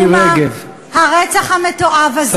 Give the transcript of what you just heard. הרצח המתועב הזה,